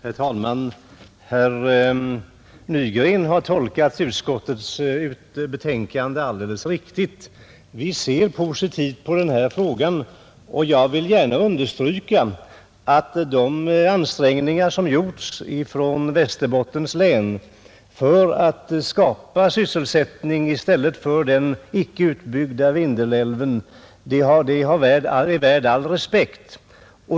Herr talman! Herr Nygren har tolkat utskottets betänkande alldeles riktigt: vi ser positivt på denna fråga. Jag vill gärna understryka att de ansträngningar som gjorts i Västerbottens län för att skapa sysselsättning i stället för den man gick miste om på grund av beslutet att icke utbygga Vindelälven är värda all respekt.